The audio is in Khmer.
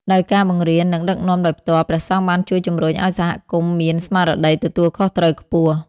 ដោយការបង្រៀន និងដឹកនាំដោយផ្ទាល់ ព្រះសង្ឃបានជួយជំរុញឱ្យសហគមន៍មាន ស្មារតីទទួលខុសត្រូវខ្ពស់។